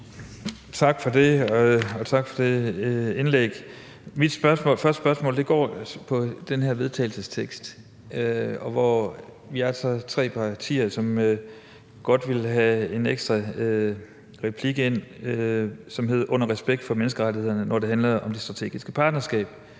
tak for det indlæg. Mit første spørgsmål drejer sig om det her forslag til vedtagelse. Vi er altså tre partier, som godt ville have en ekstra sætning ind, som hed »under respekt for menneskerettighederne«, når det handlede om det strategiske partnerskab.